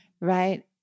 right